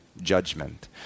judgment